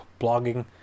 blogging